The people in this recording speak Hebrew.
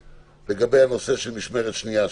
לגבי הנושא השני של משמרת שנייה,